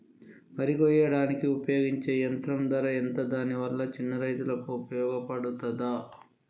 వరి కొయ్యడానికి ఉపయోగించే యంత్రం ధర ఎంత దాని వల్ల చిన్న రైతులకు ఉపయోగపడుతదా?